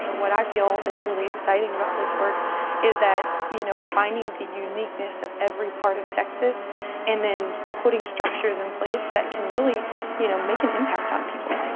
what i feel is really exciting about this work is that, you know, finding the uniqueness of every part of texas and then putting structures in place that can really you know make an impact on people.